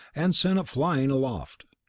and sent it flying aloft.